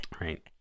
right